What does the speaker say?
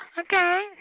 Okay